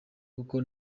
kuko